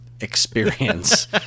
experience